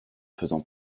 faisant